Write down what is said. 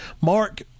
Mark